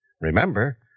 Remember